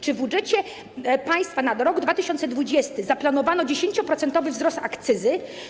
Czy w budżecie państwa na rok 2020 zaplanowano 10-procentowy wzrost akcyzy?